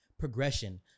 progression